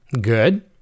Good